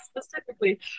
specifically